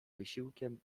wysiłkiem